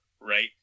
right